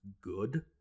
good